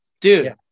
dude